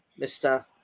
Mr